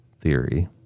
theory